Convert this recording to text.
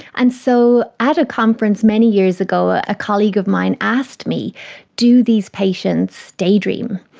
and so at a conference many years ago ah a colleague of mine asked me do these patients daydream?